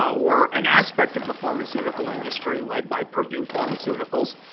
or an aspect of the pharmaceutical industry, led by purdue pharmaceuticals,